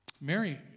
Mary